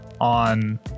on